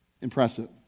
Impressive